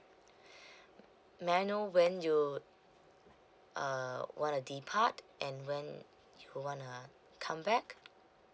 may I know when you err want to depart and when you wanna come back